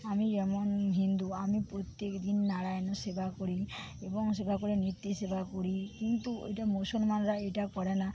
আমি যেমন হিন্দু আমি প্রত্যেক দিন নারায়ণের সেবা করি এবং সেবা করে নিত্য সেবা করি কিন্তু ওইটা মুসলমানরা এটা করে না